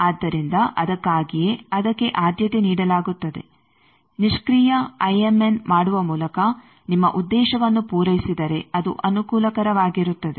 ಆದ್ದರಿಂದ ಅದಕ್ಕಾಗಿಯೇ ಅದಕ್ಕೆ ಆದ್ಯತೆ ನೀಡಲಾಗುತ್ತದೆ ನಿಷ್ಕ್ರಿಯ ಐಎಮ್ಎನ್ ಮಾಡುವ ಮೂಲಕ ನಿಮ್ಮ ಉದ್ದೇಶವನ್ನು ಪೂರೈಸಿದರೆ ಅದು ಅನುಕೂಲಕರವಾಗಿರುತ್ತದೆ